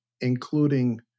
including